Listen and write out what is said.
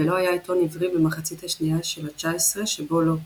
ולא היה עיתון עברי במחצית השנייה של ה-19 שבו לא כתב.